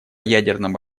ядерном